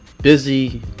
Busy